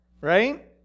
right